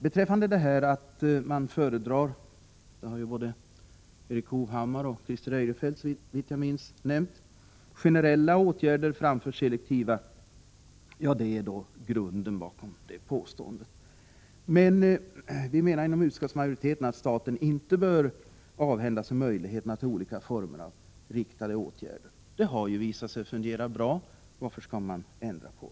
Både Erik Hovhammar och Christer Eirefelt har, såvitt jag minns, nämnt att man föredrar generella åtgärder framför selektiva. Detta ligger till grund för reservationen. Utskottsmajoriteten menar att staten inte bör avhända sig möjligheten till olika former av riktade åtgärder. De har visat sig fungera bra. Varför skall man då ändra på dem?